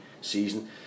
season